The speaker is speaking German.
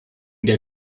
der